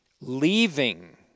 leaving